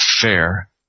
fair